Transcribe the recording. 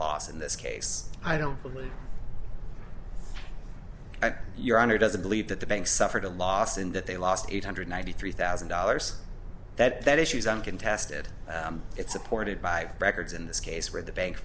loss in this case i don't believe your honor doesn't believe that the bank suffered a loss in that they lost eight hundred ninety three thousand dollars that issues uncontested it's supported by records in this case where the bank